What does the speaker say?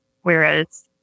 whereas